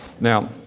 Now